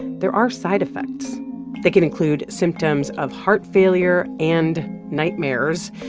there are side effects that can include symptoms of heart failure and nightmares.